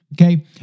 okay